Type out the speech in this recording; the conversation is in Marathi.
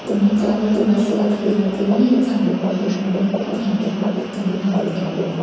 तुम्ही त्यावर थोडंसं लक्ष दिलं तरी चांगलं होईल आणि थँक्यू तुम्ही मदत केल्याबद्दल